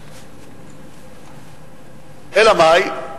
אלא מאי?